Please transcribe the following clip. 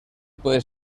puede